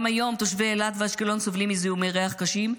גם היום תושבי אילת ואשקלון סובלים מזיהומי ריח קשים.